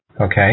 Okay